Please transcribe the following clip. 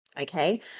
okay